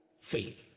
Faith